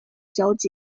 交界